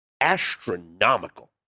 astronomical